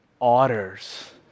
otters